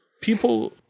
people